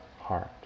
heart